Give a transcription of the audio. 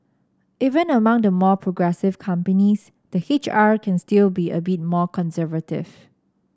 even among the more progressive companies the H R can still be a bit more conservative